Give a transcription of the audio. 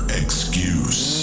excuse